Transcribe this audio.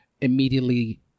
immediately